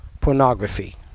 pornography